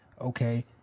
okay